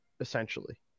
essentially